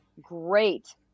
great